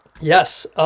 Yes